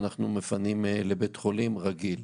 אנחנו מפנים לבית חולים רגיל.